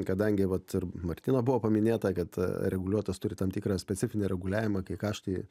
kadangi vat ir martyna buvo paminėta kad reguliuotojas turi tam tikrą specifinį reguliavimą kai kaštai